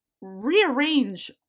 rearrange